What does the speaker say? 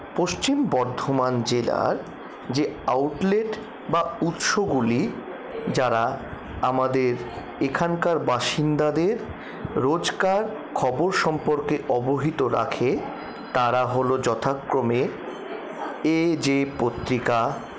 পশ্চিম বর্ধমান জেলার যে আউটলেট বা উৎসগুলি যারা আমাদের এখানকার বাসিন্দাদের রোজকার খবর সম্পর্কে অবহিত রাখে তারা হল যথাক্রমে এ জে পত্রিকা